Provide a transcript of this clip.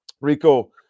Rico